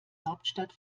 hauptstadt